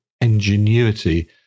ingenuity